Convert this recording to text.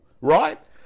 right